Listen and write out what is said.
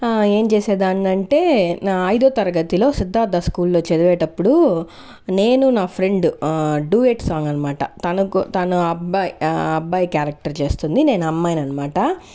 ఏం చేసేదాన్ని అంటే నా ఐదో తరగతిలో సిద్ధార్థ స్కూల్లో చదివేటప్పుడు నేను నా ఫ్రెండ్ డ్యూయెట్ సాంగ్ అనమాట తనకు తన అబ్బాయి అబ్బాయి క్యారెక్టర్ చేస్తుంది నేను అమ్మాయిని అనమాట